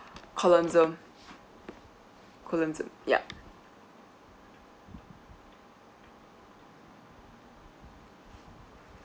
colosseum colosse~ yup